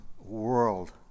world